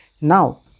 Now